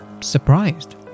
surprised